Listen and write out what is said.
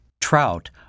Trout